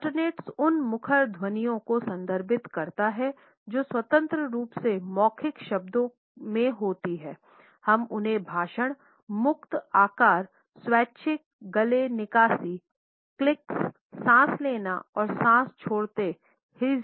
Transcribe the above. alternates वगैरह के रूप में वर्णन कर सकते हैं